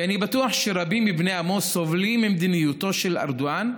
כי אני בטוח שרבים מבני עמו סובלים ממדיניותו של ארדואן,